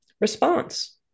response